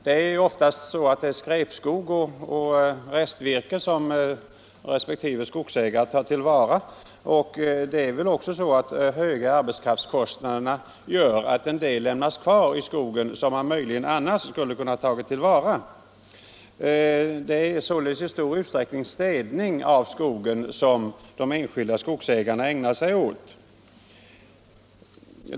Det är oftast skräpskog och restvirke som respektive skogsägare tillvaratar. De höga arbetskraftskostnaderna gör väl också att en del ved lämnas kvar i skogen som man möjligen annars skulle ha kunnat ta till vara. Det är således i stor utsträckning städning av skogen som de enskilda skogsägarna ägnar sig åt.